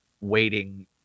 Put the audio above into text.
waiting